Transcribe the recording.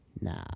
Nah